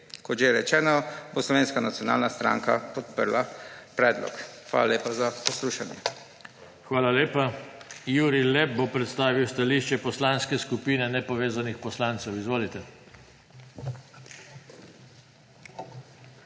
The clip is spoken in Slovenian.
Kot že rečeno, bo Slovenska nacionalna stranka podprla predlog. Hvala lepa za poslušanje. PODPREDSEDNIK JOŽE TANKO: Hvala lepa. Jurij Lep bo predstavil stališče Poslanske skupine nepovezanih poslancev. Izvolite.